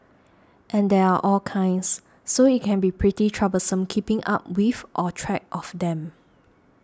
and there are all kinds so it can be pretty troublesome keeping up with or track of them